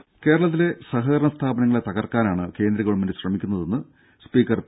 ദേഴ കേരളത്തിലെ സഹകരണ സ്ഥാപനങ്ങളെ തകർക്കാനാണ് കേന്ദ്ര ഗവൺമെന്റ് ശ്രമിക്കുന്നതെന്ന് പി